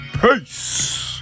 Peace